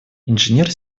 инженер